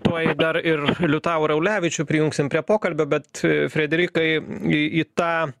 tuoj dar ir liutaurą ulevičių prijungsim prie pokalbio bet frederikai į į tą